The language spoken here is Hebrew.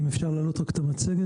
האם אפשר להעלות את המצגת?